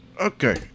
Okay